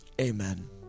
amen